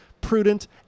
prudent